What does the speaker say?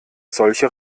solche